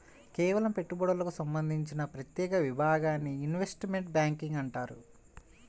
కేవలం పెట్టుబడులకు సంబంధించిన ప్రత్యేక విభాగాన్ని ఇన్వెస్ట్మెంట్ బ్యేంకింగ్ అంటారు